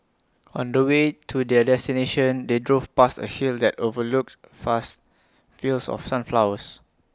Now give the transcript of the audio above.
on the way to their destination they drove past A hill that overlooked vast fields of sunflowers